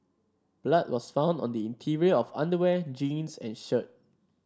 blood was found on the interior of underwear jeans and shirt